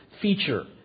feature